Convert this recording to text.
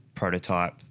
prototype